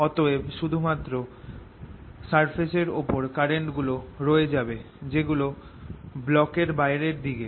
অতএব শুধু মাত্র সারফেস এর ওপর কারেন্ট গুলো রয়ে যাবে যেগুলো ব্লক এর বাইরের দিক